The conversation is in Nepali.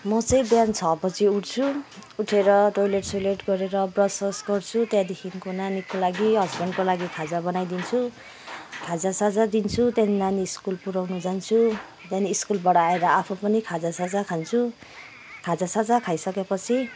म चाहिँ बिहान छ बजे उठछु उठेर टोइलेट सोइलेट गरेर ब्रस सस गर्छु त्यहाँदेखिको नानीको लागि र हसबेन्डको लागि खाजा बनाइदिन्छु खाजा साजा दिन्छु त्यहाँदेखि नानी स्कुल पुऱ्याउनु जान्छु त्यहाँदेखि स्कुलबाट आएर पछि आफू पनि खाजा साजा खान्छु खाजा साजा खाइसकेपछि